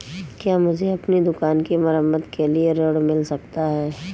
क्या मुझे अपनी दुकान की मरम्मत के लिए ऋण मिल सकता है?